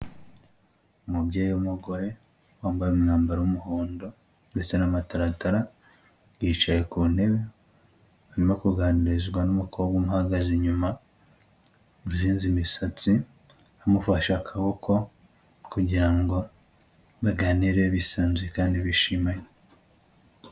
Umubyeyi w'umugore wambaye umwambaro w'umuhondo ndetse n'amataratara, yicaye ku ntebe arimo kuganirizwa n'umukobwa umuhagaze inyuma, uzinze imisatsi amufashe akaboko kugira ngo baganire bisanzwe kandi bishimanye.